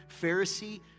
pharisee